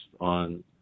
on